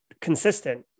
consistent